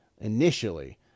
initially